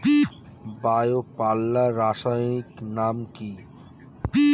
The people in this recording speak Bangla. বায়ো পাল্লার রাসায়নিক নাম কি?